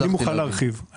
אני מוכן להרחיב.